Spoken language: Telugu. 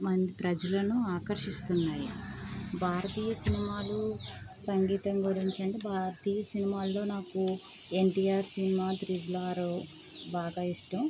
మన ప్రజలను ఆకర్షిస్తున్నాయి భారతీయ సినిమాలు సంగీతం గురించి అంటే భారతీయ సినిమాల్లో నాకు ఎన్టీఆర్ సినిమా త్రిబుల్ ఆరు బాగా ఇష్టం